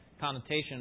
connotation